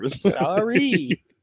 Sorry